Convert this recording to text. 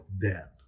death